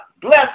Bless